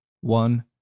one